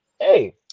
hey